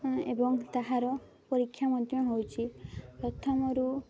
ଏବଂ ତାହାର ପରୀକ୍ଷା ମଧ୍ୟ ହେଉଛି ପ୍ରଥମରୁ